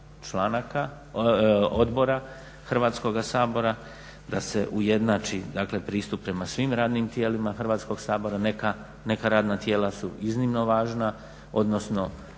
rada odbora Hrvatskoga sabora, da se ujednači dakle pristup prema svim radnim tijelima Hrvatskoga sabora, neka radna tijela su iznimno važna odnosno